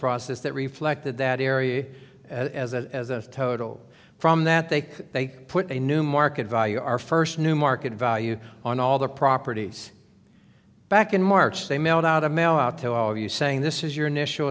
process that reflected that area as a total from that they they put a new market value our first new market value on all their properties back in march they mailed out a memo out to all of you saying this is your initial